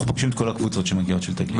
אנחנו פוגשים את כל הקבוצות של 'תגלית' שמגיעות.